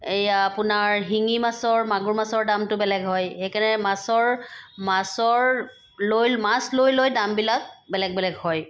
এইয়া আপোনাৰ শিঙী মাছৰ মাগুৰ মাছৰ দামটো বেলেগ হয় সেইকাৰণে মাছৰ মাছৰ লৈ মাছ লৈ লৈ দামবিলাক বেলেগ বেলেগ হয়